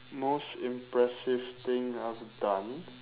most impressive thing I've done